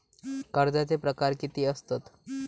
कर्जाचे प्रकार कीती असतत?